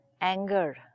Anger